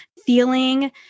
feeling